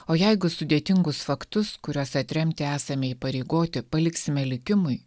o jeigu sudėtingus faktus kuriuos atremti esame įpareigoti paliksime likimui